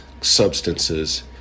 substances